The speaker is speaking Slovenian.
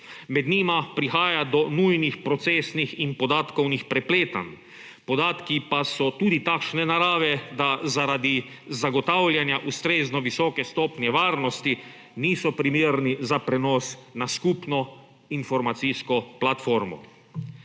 Med njima prihaja do nujnih procesnih in podatkovnih prepletanj, podatki pa so tudi takšne narave, da zaradi zagotavljanja ustrezno visoke stopnje varnosti niso primerni za prenos na skupno informacijsko platformo.